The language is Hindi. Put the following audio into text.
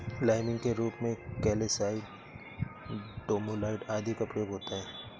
लाइमिंग के रूप में कैल्साइट, डोमालाइट आदि का प्रयोग होता है